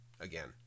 Again